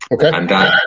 Okay